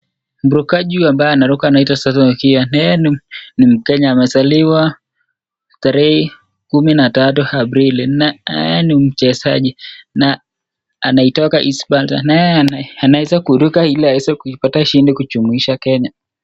Mrukaji huyu ambaye anaruka anaitwa Samuel Rukia Naye ni mkenya, amezaliwa tarehe kumi na tatu Aprili. Yeye ni mchezaji na anaitoka East Spancer . Naye anaweza kuruka ili aweze kuipatia ushindi kujumuisha Kenya.